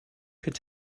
could